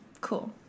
cool